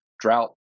drought